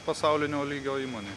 pasaulinio lygio įmonėj